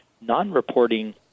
Non-reporting